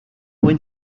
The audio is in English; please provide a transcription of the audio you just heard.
went